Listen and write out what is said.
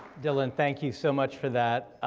dylan, thank you so much for that,